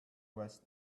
was